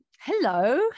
Hello